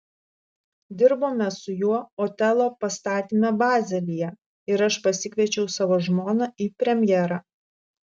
dirbome su juo otelo pastatyme bazelyje ir aš pasikviečiau savo žmoną į premjerą